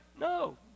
No